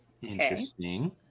Interesting